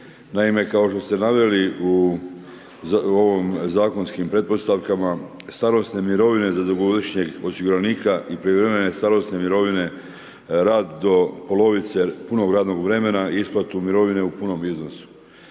Naime, kao što ste naveli u ovim zakonskim pretpostavkama starosne mirovine za dugogodišnjeg osiguranika i prijevremene starosne mirovine rad do polovice punog radnog vremena i isplatu mirovine u punom iznosu.